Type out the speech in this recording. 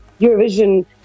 Eurovision